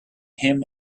him